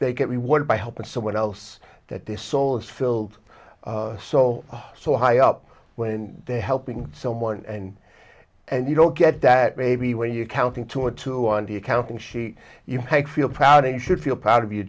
they get rewarded by helping someone else that this soul is filled so so high up when they're helping someone and and you don't get that maybe when you're counting two or two on the accounting sheet you feel proud you should feel proud of your